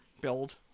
build